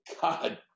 god